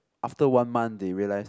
after one month they realise